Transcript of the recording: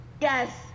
Yes